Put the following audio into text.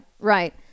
right